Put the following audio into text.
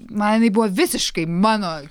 man jinai buvo visiškai mano